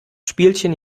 spielchen